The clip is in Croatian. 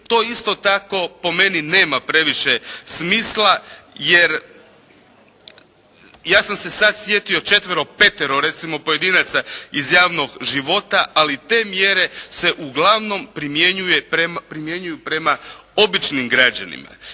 to isto tako po meni nema previše smisla jer ja sam se sad sjetio četvero, petero recimo pojedinaca iz javnog života ali te mjere se uglavnom primjenjuje, primjenjuju prema običnim građanima.